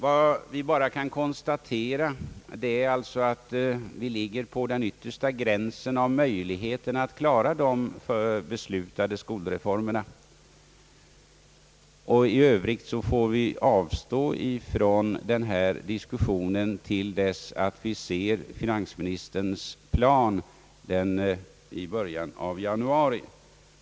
Vi kan alltså endast konstatera att vi ligger på den yttersta gränsen av möjligheterna att klara de beslutade skolreformerna, och i övrigt får vi avstå från denna diskussion tills vi ser regeringens plan i början av januari.